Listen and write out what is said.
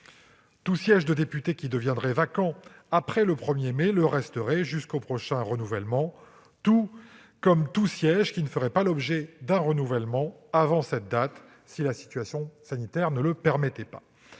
Tout siège de député qui deviendrait vacant après le 1 mai le resterait jusqu'au prochain renouvellement, de même que tout siège qui ne ferait pas l'objet d'un renouvellement avant cette date si la situation sanitaire ne le permettait pas.